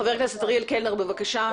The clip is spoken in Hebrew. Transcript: חבר הכנסת אריאל קלנר, בבקשה.